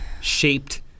shaped